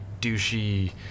douchey